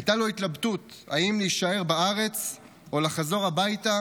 הייתה לו התלבטות אם להישאר בארץ או לחזור הביתה